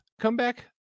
comeback